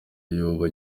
yoba